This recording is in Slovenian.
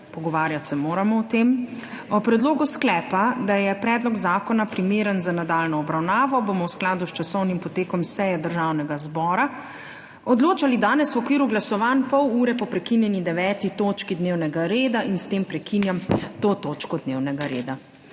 pogovarjati o tem. O predlogu sklepa, da je predlog zakona primeren za nadaljnjo obravnavo, bomo v skladu s časovnim potekom seje Državnega zbora odločali danes v okviru glasovanj, pol ure po prekinjeni 9. točki dnevnega reda. S tem prekinjam to točko dnevnega reda.